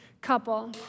couple